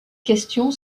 question